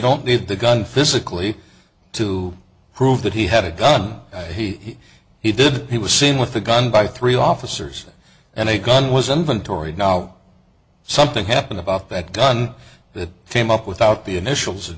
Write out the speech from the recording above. don't need the gun physically to prove that he had a gun he he did he was seen with a gun by three officers and a gun was inventoried now something happened about that gun that came up without the initials